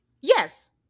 yes